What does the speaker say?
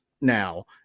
now